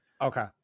Okay